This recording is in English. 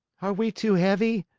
are we too heavy?